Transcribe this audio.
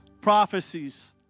prophecies